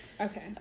Okay